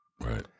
Right